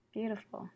Beautiful